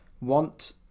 want